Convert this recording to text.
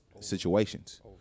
situations